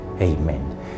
Amen